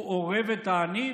הוא אורב את העני?